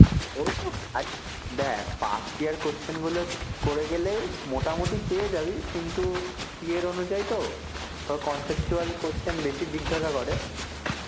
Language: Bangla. ওই তো খালি দেখ ফার্স্ট ইয়ার কোশ্চেনগুলো করে গেলেই মোটামুটি পেয়ে যাবি কিন্তু সিএর অনুযায়ী তো ওরা কনসেপচুয়াল কোশ্চেন বেশি জিজ্ঞাসা করে